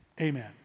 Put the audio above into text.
Amen